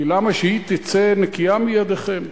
כי למה שהיא תצא נקייה מידיכם?